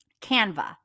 Canva